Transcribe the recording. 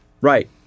Right